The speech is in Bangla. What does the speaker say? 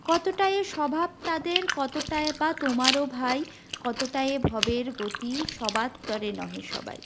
কতকটা যে স্বভাব তাদের কতকটা বা তোমারও ভাই কতকটা এ ভবের গতিক সবার তরে নহে সবাই